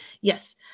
yes